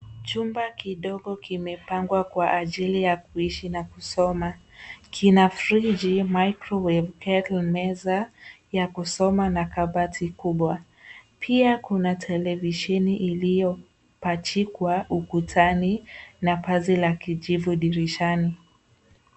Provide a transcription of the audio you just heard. Chumba kidogo kimepangwa kwa ajili ya kuishi na kusoma. Kina friji, microwave , kettle , meza ya kusoma na kabati kubwa. Pia kuna televisheni iliyopachikwa ukutani pazia la kijivu dirishani.